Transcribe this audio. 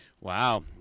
Wow